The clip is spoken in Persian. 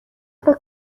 فکر